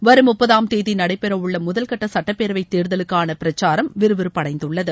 வரும் முப்பதாம் தேதி நடைபெறவுள்ள முதல் கட்ட சட்டப்பேரவைத் தேர்தலுக்கான பிரச்சாரம் விறுவிறுப்படைந்துள்ளது